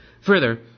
Further